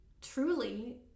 truly